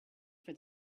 for